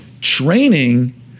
Training